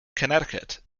connecticut